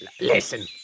Listen